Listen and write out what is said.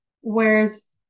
Whereas